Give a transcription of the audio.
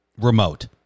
remote